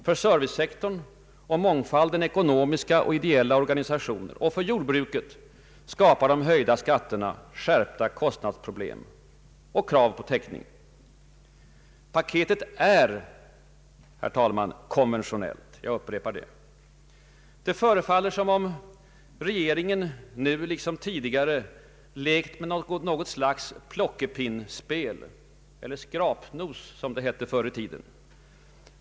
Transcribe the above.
För servicesektorn och mångfalden ekonomiska ideella organisationer och för jordbruket skapar de höjda skatterna skärpta kostnadsproblem och krav på täckning. Paketet är, herr talman, konventionellt — jag upprepar det. Det förefaller som om regeringen nu liksom tidigare lekt med något slags ”plockepinnspel” eller ”skrapnos”, som det hette förr i tiden.